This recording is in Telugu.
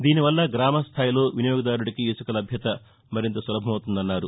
దీనివల్ల గ్రామస్థాయిలో వినియోగదారుదికి ఇసుక లభ్యత మరింత సులభమవుతుందన్నారు